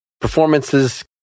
performances